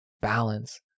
balance